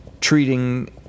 treating